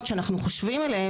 מדעי הרוח הם חשבים מאוד לזהות,